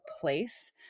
place